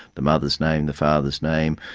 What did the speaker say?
the mother's name, the father's name,